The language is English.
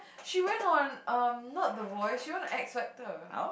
she went on the not um the Voice show went on X-Factor